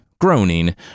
groaning